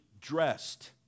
dressed